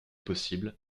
possible